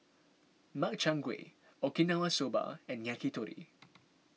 Makchang Gui Okinawa Soba and Yakitori